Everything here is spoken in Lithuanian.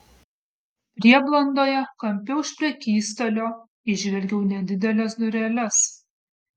prieblandoje kampe už prekystalio įžvelgiau nedideles dureles